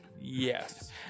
Yes